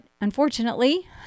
unfortunately